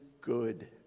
good